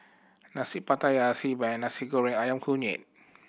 Nasi Pattaya Xi Ban Nasi Goreng Ayam Kunyit